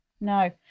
no